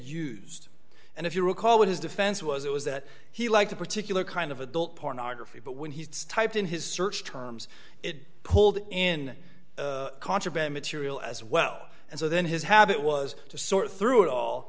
used and if you recall what his defense was it was that he liked a particular kind of adult pornography but when he typed in his search terms it pulled in contraband material as well and so then his habit was to sort through it all